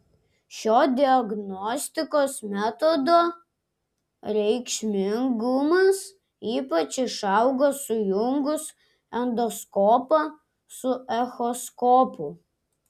šio diagnostikos metodo reikšmingumas ypač išaugo sujungus endoskopą su echoskopu